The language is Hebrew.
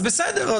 אז בסדר,